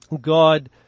God